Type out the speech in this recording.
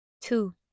Two